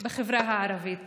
בחברה הערבית.